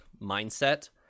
mindset